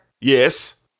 Yes